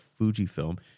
Fujifilm